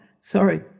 sorry